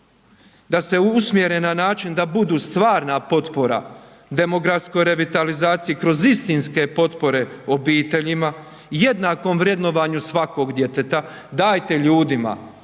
da se usmjere na način da budu stvarna potpora demografskoj revitalizaciji kroz istinske potpore obiteljima, jednakom vrednovanju svakog djeteta, dajte ljudima